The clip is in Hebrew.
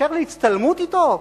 כשר להצטלמות אתו?